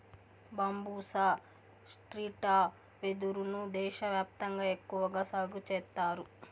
బంబూసా స్త్రిటా వెదురు ను దేశ వ్యాప్తంగా ఎక్కువగా సాగు చేత్తారు